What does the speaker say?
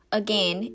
again